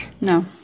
No